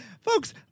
Folks